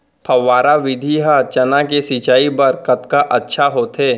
फव्वारा विधि ह चना के सिंचाई बर कतका अच्छा होथे?